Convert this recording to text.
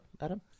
Adam